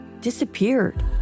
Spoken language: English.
disappeared